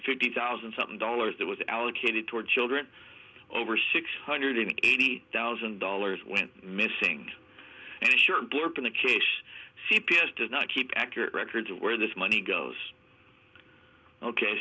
fifty thousand something dollars that was allocated toward children over six hundred and eighty thousand dollars went missing and sure blurb in the case c p s does not keep accurate records of where this money goes ok